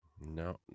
No